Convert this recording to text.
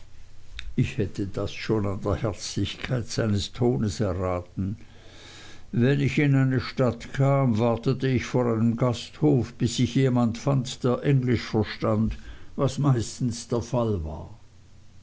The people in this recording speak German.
ich hätte das schon an der herzlichkeit seines tones erraten wenn ich in eine stadt kam wartete ich vor einem gasthof bis sich jemand fand der englisch verstand was meistens der fall war